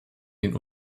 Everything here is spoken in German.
den